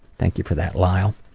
thank you for that, lyle.